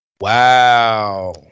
Wow